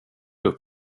upp